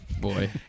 boy